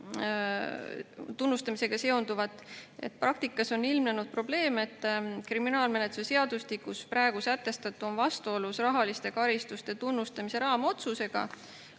tunnustamisega seonduvat. Praktikas on ilmnenud probleem, et kriminaalmenetluse seadustikus sätestatu on vastuolus rahaliste karistuste tunnustamise raamotsusega,